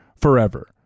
forever